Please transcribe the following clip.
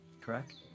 correct